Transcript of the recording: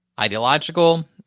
ideological